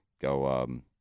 go